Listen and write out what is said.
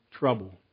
Trouble